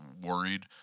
worried